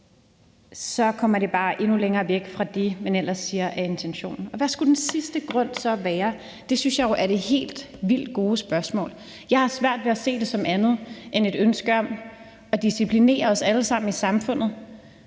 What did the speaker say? så kommer det bare endnu længere væk fra det, man ellers siger er intentionen. Hvad skulle den sidste grund til det så være? Det synes jeg jo er det helt vildt gode spørgsmål. Jeg har svært ved at se det som andet end et ønske om at disciplinere os alle sammen i samfundet,